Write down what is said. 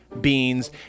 beans